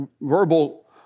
verbal